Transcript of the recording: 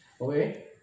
Okay